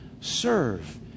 Serve